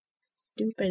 stupid